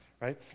Right